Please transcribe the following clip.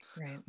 Right